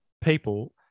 people